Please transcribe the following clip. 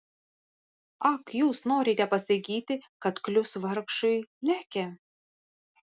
ak jūs norite pasakyti kad klius vargšui leke